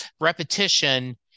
repetition